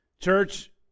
Church